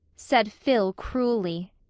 said phil cruelly.